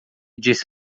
disse